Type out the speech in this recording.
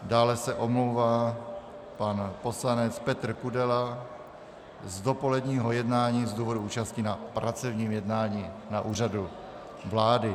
Dále se omlouvá pan poslanec Petr Kudela z dopoledního jednání z důvodu účasti na pracovním jednání na Úřadu vlády.